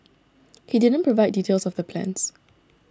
he didn't provide details of the plans